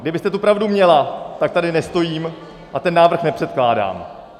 Kdybyste tu pravdu měla, tak tady nestojím a ten návrh nepředkládám.